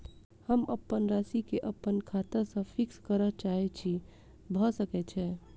हम अप्पन राशि केँ अप्पन खाता सँ फिक्स करऽ चाहै छी भऽ सकै छै?